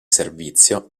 servizio